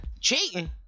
Cheating